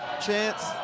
chance